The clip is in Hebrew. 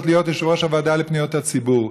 להיות יושב-ראש הוועדה לפניות הציבור,